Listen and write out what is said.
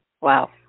Wow